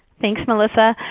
thanks melissa.